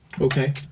Okay